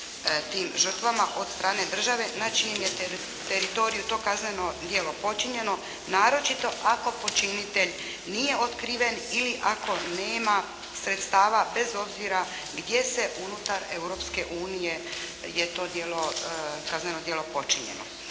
tim žrtvama od strane države na čijem je teritoriju to kazneno djelo počinjeno, naročito ako počinitelj nije otkriven ili ako nema sredstava, bez obzira gdje se unutar Europske unije to kazneno djelo počinjeno.